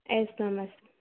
yes ma'am yes ma'am